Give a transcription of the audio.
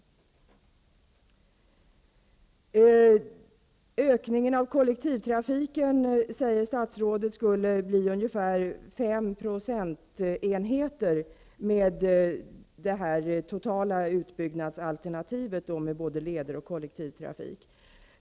Statsrådet säger att ökningen av kollektivtrafiken skulle bli ungefär 5 procentenheter i och med detta totala utbyggnadsalterntiv med både leder och kollektivtrafik.